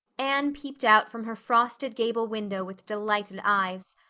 anne peeped out from her frosted gable window with delighted eyes.